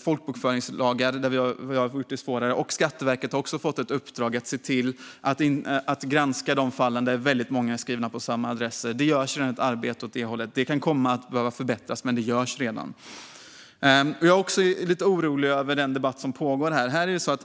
folkbokföringslagar har försvårat. Skatteverket har också fått ett uppdrag att granska de fall där väldigt många är skrivna på samma adresser. Det görs redan ett arbete åt det hållet. Det kan komma att behöva förbättras, men det görs redan. Jag är lite orolig över den debatt som pågår här.